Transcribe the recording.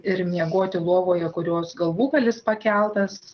ir miegoti lovoje kurios galvūgalis pakeltas